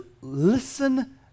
listen